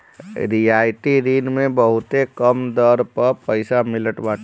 रियायती ऋण मे बहुते कम दर पअ पईसा मिलत बाटे